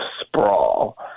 sprawl